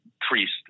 priest